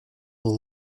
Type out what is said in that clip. the